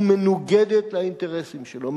ומנוגדת לאינטרסים שלו,